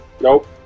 Nope